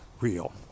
real